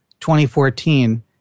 2014